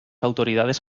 autoridades